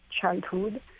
childhood